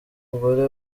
umugore